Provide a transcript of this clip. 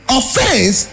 offense